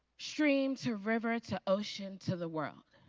stream to river to ocean to the world.